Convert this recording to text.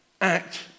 Act